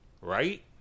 Right